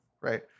right